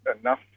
enough